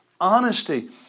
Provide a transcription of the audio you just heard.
honesty